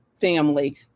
family